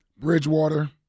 Bridgewater